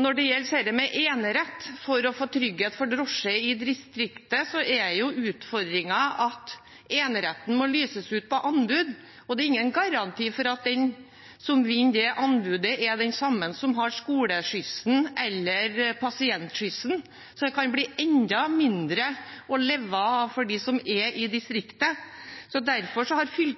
når det gjelder dette med enerett for å få trygghet for drosje i distriktet, er utfordringen at den eneretten må lyses ut på anbud, og det er ingen garanti for at den som vinner det anbudet, er den samme som har skoleskyssen eller pasientskyssen, så det kan bli enda mindre å leve av for dem som er i distriktet. Derfor